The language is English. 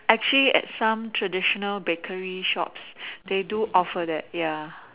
actually at some traditional bakery shops they do offer that ya